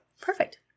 Perfect